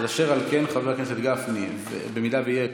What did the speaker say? אשר על כן, חבר הכנסת משה גפני, אם יהיה כאן,